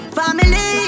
family